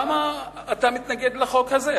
למה אתה מתנגד לחוק הזה?